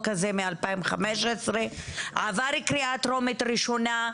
הזה משנת 2015. הוא עבר קריאה טרומית ראשונה,